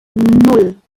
nan